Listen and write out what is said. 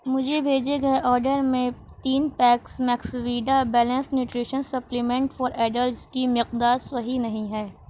مجھے بھیجے گئے آڈر میں تین packs max vida balance nutrition supplement for adults کی مقدار صحیح نہیں ہے